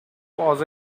was